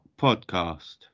podcast